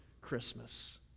Christmas